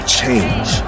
change